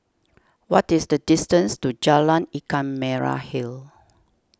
what is the distance to Jalan Ikan Merah Hill